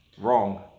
wrong